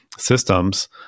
Systems